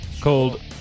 Called